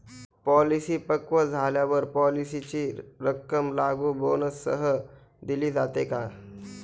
Policy पक्व झाल्यावर पॉलिसीची रक्कम लागू बोनससह दिली जाते का?